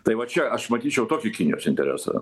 tai va čia aš matyčiau tokį kinijos interesą